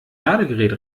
ladegerät